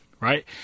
right